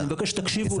אני מבקש שתקשיבו לנו.